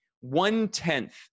one-tenth